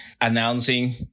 announcing